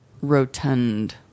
rotund